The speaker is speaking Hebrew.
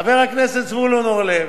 חבר הכנסת זבולון אורלב,